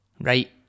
right